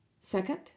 Second